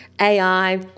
AI